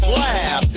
laugh